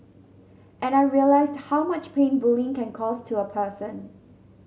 and I realised how much pain bullying can cause to a person